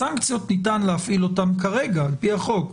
את הסנקציות ניתן להפעיל כרגע על פי החוק.